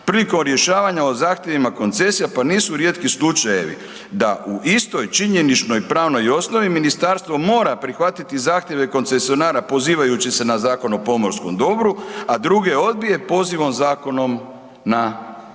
prilikom rješavanja o zahtjevima koncesija, pa nisu rijetki slučajevi da u istoj činjeničnoj i pravnoj osnovi, ministarstvo mora prihvatiti zahtjeve koncesionara pozivajući se na Zakon o pomorskom dobru a druge odbije pozivom Zakonom na koncesijama